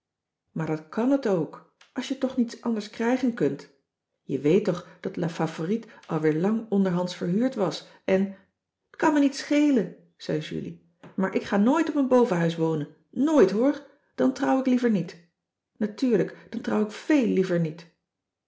maar dat kàn het ook als je toch niets anders krijgen kunt je weet toch dat la favorite al weer lang onderhands verhuurd was en t kan me niet schelen zei julie maar ik ga nooit op een bovenhuis wonen nooit hoor dan trouw ik liever niet natuurlijk dan trouw ik véel liever niet